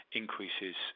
increases